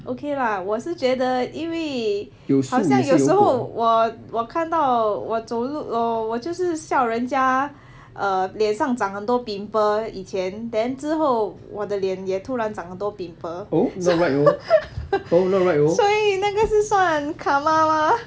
okay lah 我是觉得因为好像有时候我我看到我走路我我就是笑人家 err 脸上长很多 pimple 以前 then 之后我的脸也突然长很多 所以那个是算 karma 吗